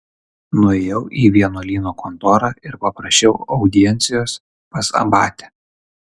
nuėjau į vienuolyno kontorą ir paprašiau audiencijos pas abatę